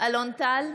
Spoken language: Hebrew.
אלון טל,